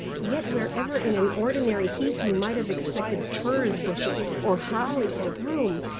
yet wherever in an ordinary heath you might have expected furze bushes, or holly, or broom,